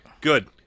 Good